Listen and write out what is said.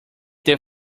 that